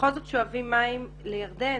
בכל זאת שואבים מים לירדן.